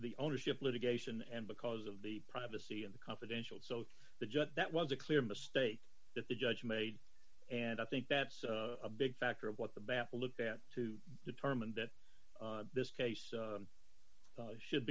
the ownership litigation and because of the privacy of the confidential so the judge that was a clear mistake that the judge made and i think that's a big factor of what the baffle looked at to determine that this case